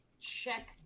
check